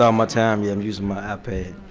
um my time yet. i'm using my ipad.